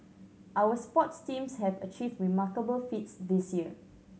our sports teams have achieved remarkable feats this year